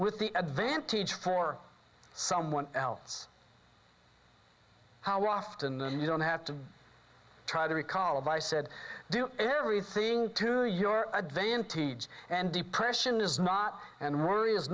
with the advantage for someone else how often you don't have to try to recall by said do everything to the your advantage and depression is not and worry is